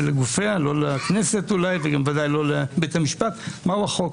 לא לכנסת וגם בוודאי לא לבית המשפט מהו החוק.